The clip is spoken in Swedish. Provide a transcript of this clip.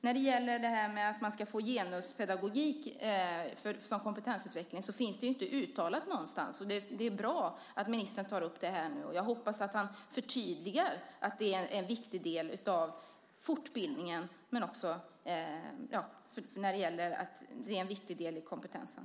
När det gäller att man ska få genuspedagogik som kompetensutveckling så finns det ju inte uttalat någonstans. Det är bra att ministern tar upp det här, och jag hoppas att han förtydligar att det är en viktig del av fortbildningen och kompetensen.